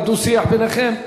הדו-שיח ביניכם?